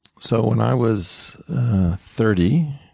so when i was thirty,